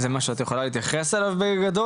זה משהו שאת יכולה להתייחס לזה בגדול,